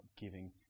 giving